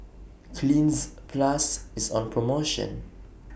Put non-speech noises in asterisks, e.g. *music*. Cleanz Plus IS on promotion *noise*